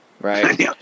right